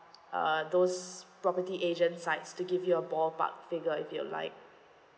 uh those property agent sites to give you a ballpark figure if you like